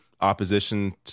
opposition